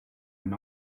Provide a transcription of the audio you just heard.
and